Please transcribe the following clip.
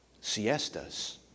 siestas